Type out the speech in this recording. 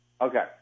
Okay